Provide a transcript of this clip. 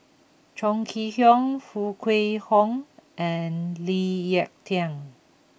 Chong Kee Hiong Foo Kwee Horng and Lee Ek Tieng